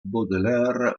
baudelaire